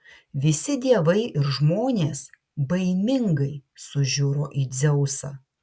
visi dievai ir žmonės baimingai sužiuro į dzeusą